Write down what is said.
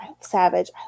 Savage